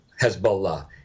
hezbollah